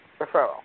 referral